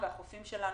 הים והחופים שלנו,